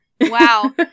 Wow